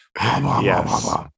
yes